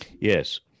Yes